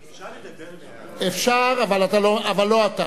אפשר לדבר מה אפשר, אבל לא אתה.